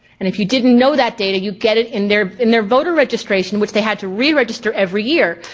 and if you didn't know that data, you get it in their in their voter registration, which they had to re-register every year.